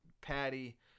Patty